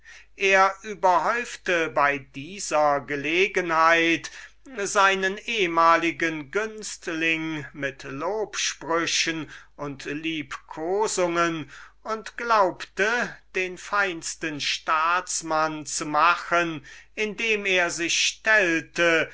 er überhäufte ihn bei dieser gelegenheit mit lobsprüchen und liebkosungen und glaubte einen sehr feinen staatsmann zu machen indem er sich stellte